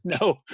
no